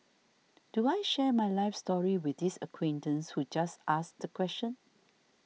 do I share my life story with this acquaintance who just asked the question